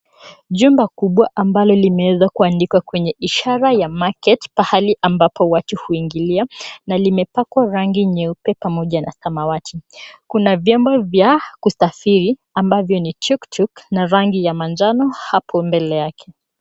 Jumba kubwa ambalo limeweza kuandikwa kwenye ishara ya MARKET pahali ambapo watu huingilia na limepakwa rangi nyeupe pamoja na samawati. Kuna vyombo vya kusafiri ambavyo ni tuktuk na rangi ya manjano hapo mbele yake.